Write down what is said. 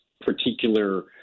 particular